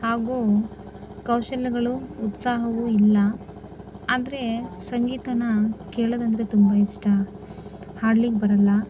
ಹಾಗೂ ಕೌಶಲ್ಯಗಳು ಉತ್ಸಾಹವು ಇಲ್ಲ ಆದರೆ ಸಂಗೀತನ ಕೇಳೋದಂದರೆ ತುಂಬ ಇಷ್ಟ ಹಾಡ್ಲಿಕ್ಕೆ ಬರೋಲ್ಲ